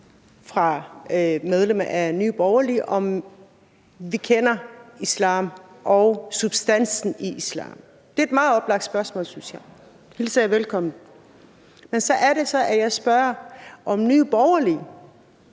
af medlemmer af Nye Borgerlige, om vi kender islam og substansen i islam. Det er et meget oplagt spørgsmål, synes jeg, og det hilser jeg velkommen. Men så er det, at jeg spørger, om Nye Borgerlige